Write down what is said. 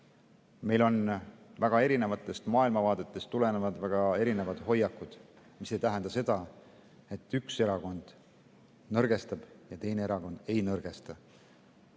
Meil on väga erinevatest maailmavaadetest tulenevad väga erinevad hoiakud, mis ei tähenda seda, et üks erakond nõrgestab ja teine erakond ei nõrgesta.